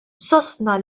sostna